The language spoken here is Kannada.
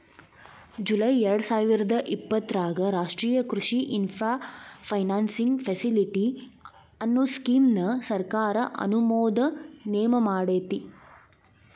ಜುಲೈ ಎರ್ಡಸಾವಿರದ ಇಪ್ಪತರಾಗ ರಾಷ್ಟ್ರೇಯ ಕೃಷಿ ಇನ್ಫ್ರಾ ಫೈನಾನ್ಸಿಂಗ್ ಫೆಸಿಲಿಟಿ, ಅನ್ನೋ ಸ್ಕೇಮ್ ನ ಸರ್ಕಾರ ಅನುಮೋದನೆಮಾಡೇತಿ